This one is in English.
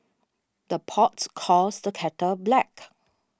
the pots calls the kettle black